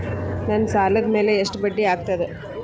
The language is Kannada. ನನ್ನ ಸಾಲದ್ ಮ್ಯಾಲೆ ಎಷ್ಟ ಬಡ್ಡಿ ಆಗ್ತದ?